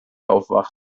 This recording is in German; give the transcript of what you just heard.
aufwacht